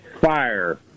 fire